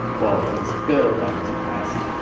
well in this bill that just passed,